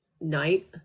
night